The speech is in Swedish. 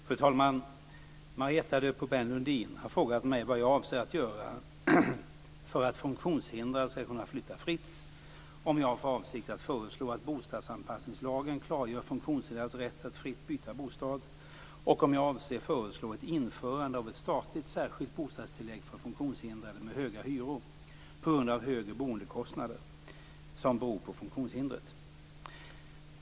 Fru talman! Marietta de Pourbaix-Lundin har frågat mig vad jag avser att göra för att funktionshindrade ska kunna flytta fritt, om jag har för avsikt att föreslå att bostadsanpassningslagen klargör funktionshindrades rätt att fritt byta bostad och om jag avser föreslå ett införande av ett statligt särskilt bostadstillägg för funktionshindrade med höga hyror på grund av högre boendekostnader som beror på funktionshindret.